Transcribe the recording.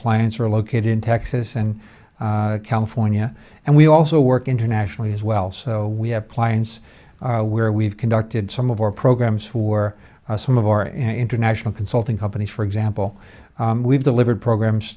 clients are located in texas and california and we also work internationally as well so we have clients we're we've conducted some of our programs for some of our international consulting companies for example we've delivered programs